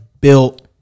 built